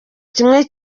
kimwe